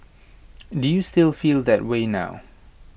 do you still feel that way now